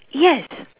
yes